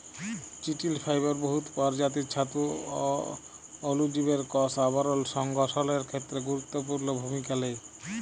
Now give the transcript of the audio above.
চিটিল ফাইবার বহুত পরজাতির ছাতু অ অলুজীবের কষ আবরল সংগঠলের খ্যেত্রে গুরুত্তপুর্ল ভূমিকা লেই